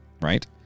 Right